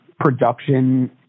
production